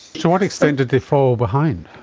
to what extent did they fall behind?